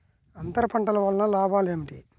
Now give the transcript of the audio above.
అంతర పంటల వలన లాభాలు ఏమిటి?